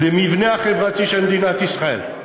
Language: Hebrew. על המבנה החברתי של מדינת ישראל.